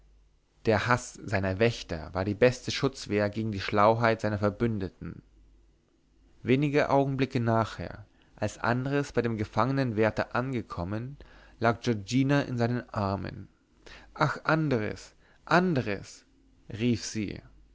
der haß seiner wächter war die beste schutzwehr gegen die schlauheit seiner verbündeten wenige augenblicke nachher als andres bei dem gefangenenwärter angekommen lag giorgina in seinen armen ach andres andres rief sie